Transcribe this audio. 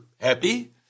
happy